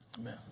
Amen